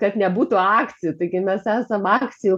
kad nebūtų akcijų taigi mes esam akcijų